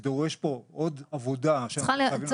זה דורש פה עוד עבודה שאנחנו חייבים לעשות.